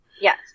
yes